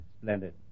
Splendid